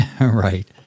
Right